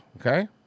Okay